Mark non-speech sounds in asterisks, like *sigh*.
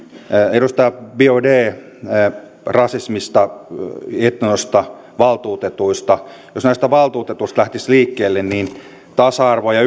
edustaja biaudet puhui rasismista etnosta valtuutetuista jos näistä valtuutetuista lähtisi liikkeelle niin tasa arvo ja *unintelligible*